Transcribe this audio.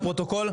בבקשה.